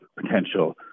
potential